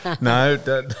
No